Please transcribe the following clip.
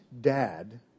dad